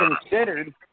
considered